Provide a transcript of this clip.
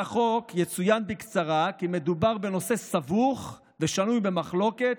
יצוין בקצרה כי לגוף הצעת החוק מדובר בנושא סבוך ושנוי במחלוקת,